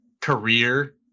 career